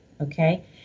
Okay